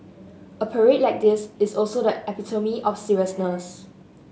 a parade like this is also that epitome of seriousness